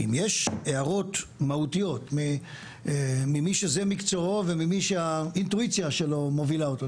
אם יש הערות מהותיות ממי שזה מקצועו וממי שהאינטואיציה שלו מובילה אותו,